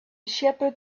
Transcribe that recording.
shepherd